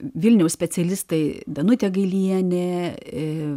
vilniaus specialistai danutė gailienė ir